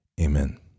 Amen